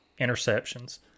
interceptions